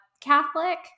Catholic